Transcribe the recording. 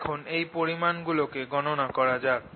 এখন এই পরিমাণ গুলো কে গণনা করা যাক